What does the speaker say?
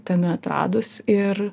tame atradus ir